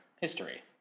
history